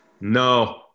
no